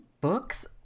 books